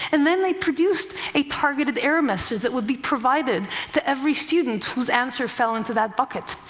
and then they produced a targeted error message that would be provided to every student whose answer fell into that bucket,